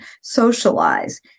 socialize